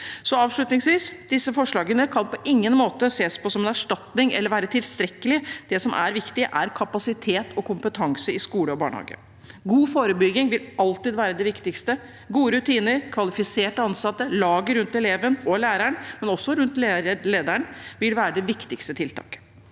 Avslutningsvis: Disse forslagene kan på ingen måte ses på som en erstatning for tilstrekkelig med kapasitet og kompetanse i skole og barnehage. God forebygging vil alltid være det viktigste. Gode rutiner, kvalifiserte ansatte og laget rundt eleven og læreren, men også rundt lederen, vil være det viktigste tiltaket.